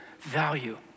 value